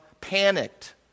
panicked